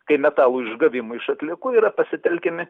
kai metalų išgavimui iš atliekų yra pasitelkiami